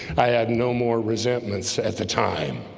i had no more resentments at the time.